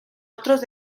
otros